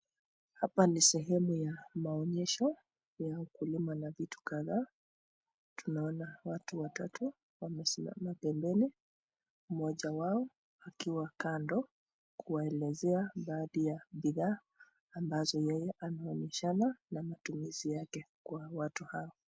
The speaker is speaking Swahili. Hapa ni sehemu ya maonyesho ya ukulima na vitu kadhaa, tunaona watu watatu wamesimama pembeni mmoja wao akiwa kando kuwaelezea baadhi ya bidhaa ambazo yeye anaonyeshana na matumizi yake kwa watu hao.